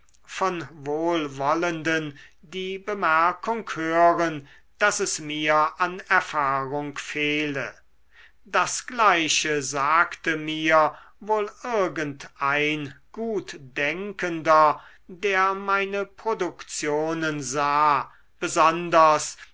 von wohlwollenden die bemerkung hören daß es mir an erfahrung fehle das gleiche sagte mir wohl irgend ein gutdenkender der meine produktionen sah besonders